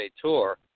Tour